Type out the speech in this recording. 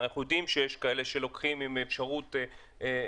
אנחנו יודעים שיש כאלה שלוקחים עם אפשרות להשלים,